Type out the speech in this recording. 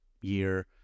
year